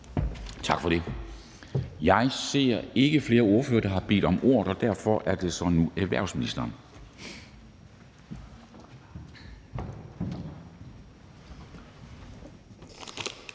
Tak for det. Jeg ser ikke flere ordførere, der har bedt om ordet, og derfor er det så nu erhvervsministeren.